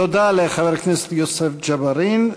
תודה לחבר הכנסת יוסף ג'בארין.